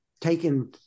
taken